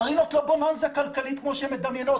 מרינה לא בוננזה כלכלית כמו שהן מדמיינות.